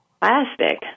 plastic